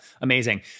Amazing